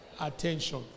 attention